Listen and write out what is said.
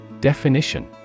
Definition